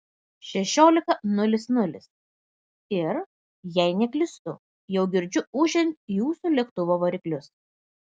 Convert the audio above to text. šešiolika nulis nulis ir jei neklystu jau girdžiu ūžiant jūsų lėktuvo variklius